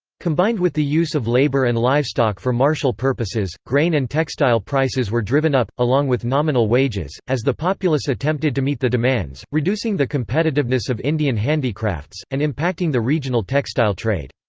combined with the use of labour and livestock for martial purposes, grain and textile prices were driven up, along with nominal wages, as the populus attempted to meet the demands, reducing the competitiveness of indian handicrafts, and impacting the regional textile trade.